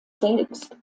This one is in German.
selbst